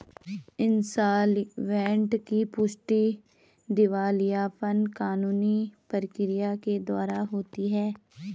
insolvent की पुष्टि दिवालियापन कानूनी प्रक्रिया के द्वारा होती है